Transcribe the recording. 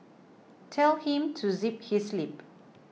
tell him to zip his lip